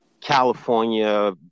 California